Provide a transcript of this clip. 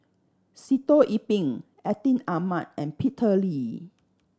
Sitoh Yih Pin Atin Amat and Peter Lee